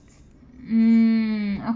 mm